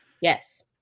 Yes